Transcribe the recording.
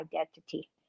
identity